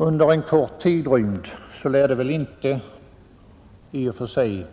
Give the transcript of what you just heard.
Under en kort tidrymd lär väl detta inte i och för sig